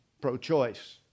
pro-choice